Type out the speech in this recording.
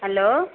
hello